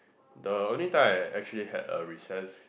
the only time I actually had a recess